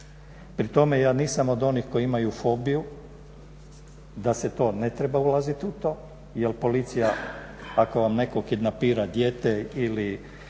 Pri tome ja nisam od onih koji imaju fobiju da se to ne treba ulaziti u to jer policija ako vam netko kidnapira dijete ili